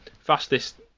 Fastest